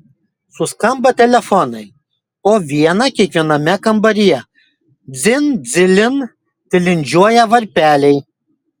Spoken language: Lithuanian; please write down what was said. suskamba telefonai po vieną kiekviename kambaryje dzin dzilin tilindžiuoja varpeliai